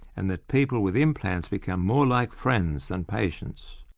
and that people with implants become more like friends than patients.